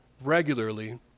regularly